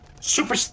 Super